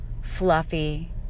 fluffy